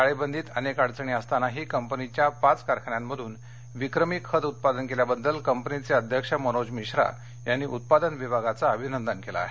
टाळेबंदीत अनेक अडचणी असतानाही कंपनीच्या पाच कारखान्यांमधून विक्रमी खत उत्पादन केल्याबद्दल कंपनीचे अध्यक्ष मनोज मिश्रा यांनी उत्पादन विभागाचं अभिनंदन केलं आहे